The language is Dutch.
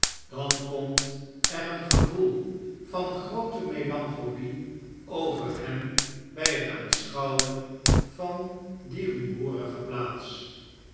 dan komt er een gevoel van groote melancholie over hem bij het aanp schouwen van die rumoerige plaats